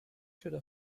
should